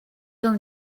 going